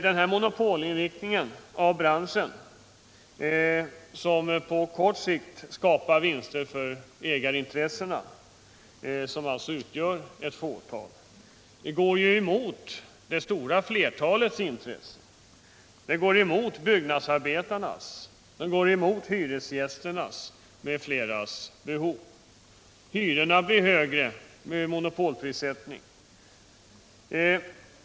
Denna monopolinriktning av branschen, som på kort sikt skapar vinster för ägarna, som utgör ett fåtal, går cmot det stora flertalets intressen. Den går emot byggnadsarbetarnas intressen, den går cmot hyresgästernas behov. Hyrorna blir högre med monopolprissättning.